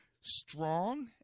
strong